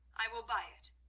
i will buy it.